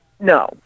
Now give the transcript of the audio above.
No